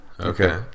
Okay